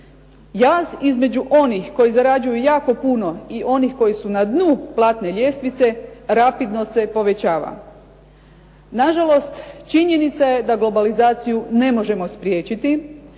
Jaz između onih koji zarađuju jako puno i onih koji su na dnu platne ljestvice rapidno se povećava. Na žalost, činjenica je da globalizaciju ne možemo spriječiti,